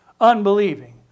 unbelieving